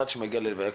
כבר אין את זה.